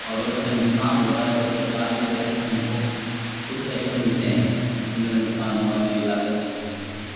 और अगर उसमें नुकसान हो रहा है तो सरकार की तरफ से हमको कुछ पैसे मिलते हैं जो मेरा नुकसान हुआ मेरी लागत लगी हुई है